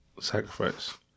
sacrifice